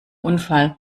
unfall